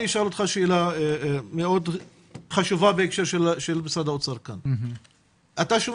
אשאל אותך שאלה מאוד חשובה בהקשר של משרד האוצר כאן: אתה שומע